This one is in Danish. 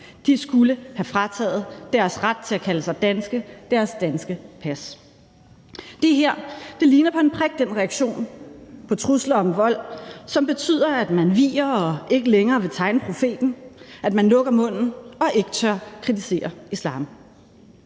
De skulle have frataget deres ret til at kalde sig danske; deres danske pas. Det her ligner på en prik den reaktion på trusler om vold, som betyder, at man viger og ikke længere vil tegne profeten, at man lukker munden og ikke tør kritisere islam.